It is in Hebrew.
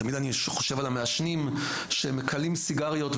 אני תמיד חושב על המעשנים שמכלים סיגריות,